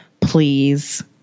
Please